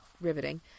riveting